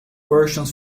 versions